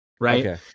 right